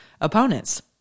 opponents